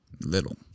little